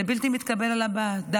זה בלתי מתקבל על הדעת.